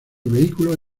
vehículos